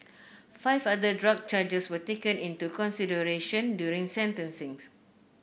five other drug charges were taken into consideration during sentencing